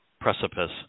precipice